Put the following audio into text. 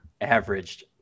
averaged